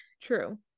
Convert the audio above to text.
true